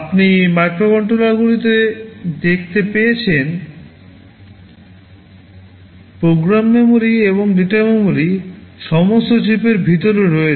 আপনি মাইক্রোকন্ট্রোলারগুলিতে দেখতে পেয়েছেন যে প্রোগ্রাম মেমরি এবং ডেটা মেমরি সমস্ত চিপের ভিতরে রয়েছে